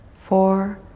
four,